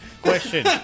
Question